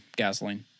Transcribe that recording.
gasoline